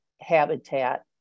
habitat